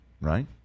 right